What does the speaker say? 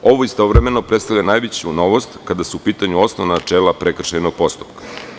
Ovo istovremeno predstavlja najveću novost kada su u pitanju osnovna načela prekršajnog postupka.